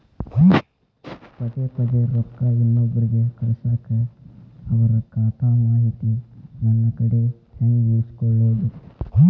ಪದೆ ಪದೇ ರೊಕ್ಕ ಇನ್ನೊಬ್ರಿಗೆ ಕಳಸಾಕ್ ಅವರ ಖಾತಾ ಮಾಹಿತಿ ನನ್ನ ಕಡೆ ಹೆಂಗ್ ಉಳಿಸಿಕೊಳ್ಳೋದು?